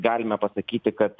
galime pasakyti kad